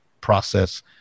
process